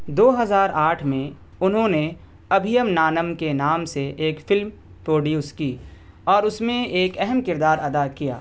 دو ہزار آٹھ میں انہوں نے ابھییم نانم کے نام سے ایک فلم پروڈیوس کی اور اس میں ایک اہم کردار ادا کیا